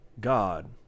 God